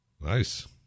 Nice